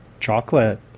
Chocolate